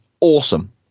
awesome